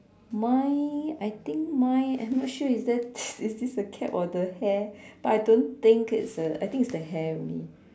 mine I think mine I'm not sure is there is this a cap or the hair but I don't think it's a I think it's the hair only